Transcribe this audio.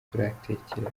turatekereza